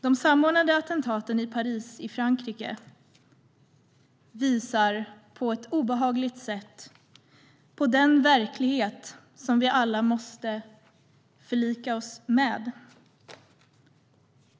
De samordnade attentaten i Paris i Frankrike visar på ett obehagligt sätt på den verklighet som vi alla måste förlika oss med.